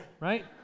right